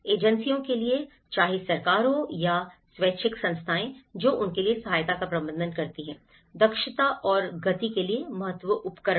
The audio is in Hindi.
एजेंसियों के लिए चाहे सरकार हो या स्वैच्छिक संस्थाएँ जो उनके लिए सहायता का प्रबंधन करती हैं दक्षता और गति के लिए महत्वपूर्ण उपकरण